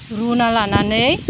रुना लानानै